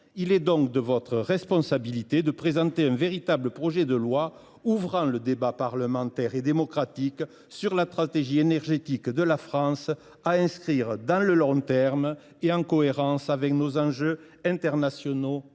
Il est aujourd’hui de votre responsabilité de présenter un véritable projet de loi lançant le débat parlementaire et démocratique sur la stratégie énergétique de la France sur le long terme, en cohérence avec nos engagements internationaux